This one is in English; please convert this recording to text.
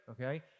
okay